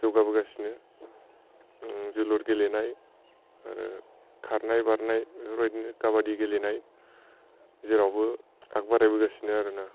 जौगाबोगासिनो जोलुर गेलेनाय आरो खारनाय बारनाय बेफोर बायदिनो खाबादि गेलेनाय जेरावबो आग बारायबोगासिनो आरो ना